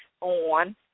on